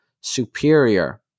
superior